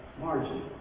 margin